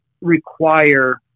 require